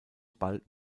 bald